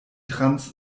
trans